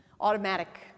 automatic